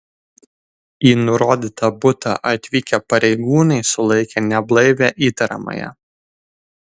į nurodytą butą atvykę pareigūnai sulaikė neblaivią įtariamąją